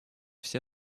все